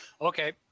okay